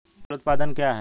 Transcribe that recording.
फसल उत्पादन क्या है?